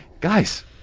Guys